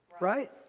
right